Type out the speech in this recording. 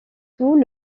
tout